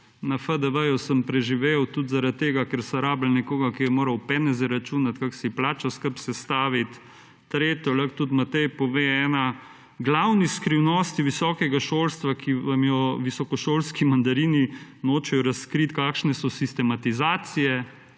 Na FDV sem preživel tudi zaradi tega, ker so rabili nekoga, ki je moral peneze računati kako si plačo skupaj sestaviti, tretje, lahko tudi Matej pove, ena glavnih skrivnosti visokega šolstva, ki vam jo visokošolski mandarini nočejo razkriti kakšne so sistematizacije,